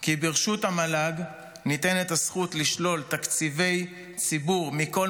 כי ברשות המל"ג ניתנת הזכות לשלול תקציבי ציבור מכל